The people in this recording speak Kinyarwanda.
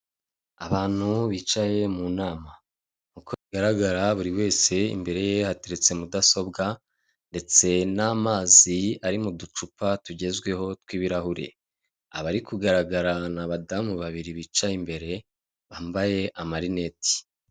Abantu bicaye mu nama uko bigaragara buri wese imbere ye hateretse mudasobwa ndetse n'amazi ari m'uducupa tugezweho tw'ibirahure, abari kugaragara n'abadamu babiri bicaye imbere bambaye amarineti.